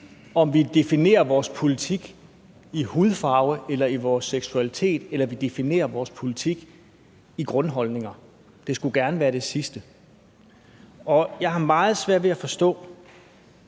om vi definerer vores politik ud fra hudfarve, vores seksualitet eller vi definerer vores politik ud fra grundholdninger. Det skulle gerne være det sidste. Jeg har meget svært ved forstå